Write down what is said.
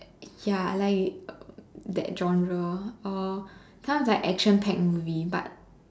ya I like that genre or those cause like action pact movie but